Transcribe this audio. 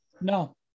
No